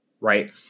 right